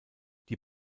die